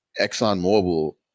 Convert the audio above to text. ExxonMobil